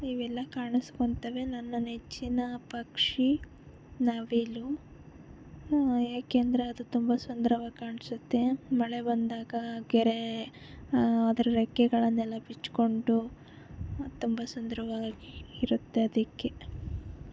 ಇವೆಲ್ಲ ಕಾಣಿಸ್ಕೊತವೆ ನನ್ನ ನೆಚ್ಚಿನ ಪಕ್ಷಿ ನವಿಲು ಏಕೆಂದರೆ ಅದು ತುಂಬ ಸುಂದರವಾಗಿ ಕಾಣಿಸುತ್ತೆ ಮಳೆ ಬಂದಾಗ ಗೆರೆ ಅದರ ರೆಕ್ಕೆಗಳನ್ನೆಲ್ಲ ಬಿಚ್ಚಿಕೊಂಡು ತುಂಬ ಸುಂದರವಾಗಿ ಇರುತ್ತೆ ಅದಕ್ಕೆ